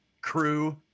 Crew